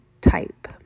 type